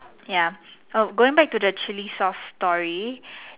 ya oh going back tot the chili sauce story